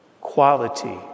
Quality